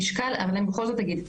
אבל אני בכל זאת אגיד,